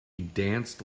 danced